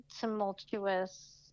tumultuous